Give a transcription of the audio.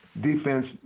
defense